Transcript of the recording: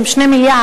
שהם 2 מיליארד,